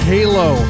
Halo